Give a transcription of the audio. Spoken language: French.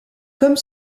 comme